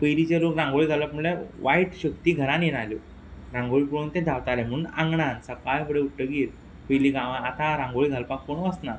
पयलींचे लोक रांगोळी घालप म्हळ्ळ्या वायट शक्ती घरान येय नाल्ह्यो रांगोळी पोळोवन ते धावताले म्हुणून आंगणान सक्काळ फुडें उठ्ठगीर पयलीं गांवान आतां रांगोळी घालपाक कोण वसनात